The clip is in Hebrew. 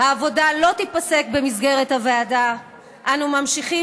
העבודה במסגרת הוועדה לא תיפסק.